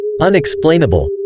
Unexplainable